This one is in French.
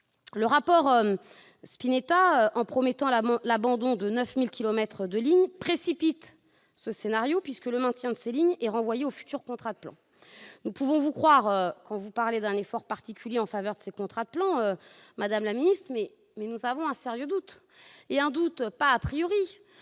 Le rapport Spinetta, en promettant l'abandon de 9 000 kilomètres de ligne, précipite ce scénario, puisque le maintien de ces lignes est renvoyé aux futurs contrats de plan. Nous pouvons vous croire quand vous parlez d'un effort particulier en faveur de ces contrats de plan, mais nous avons un sérieux doute. Et il ne s'agit